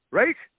right